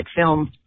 film